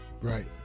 right